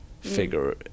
figure